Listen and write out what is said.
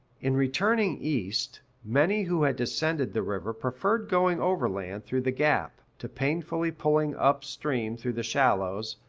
in returning east, many who had descended the river preferred going overland through the gap, to painfully pulling up stream through the shallows,